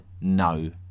no